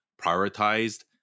prioritized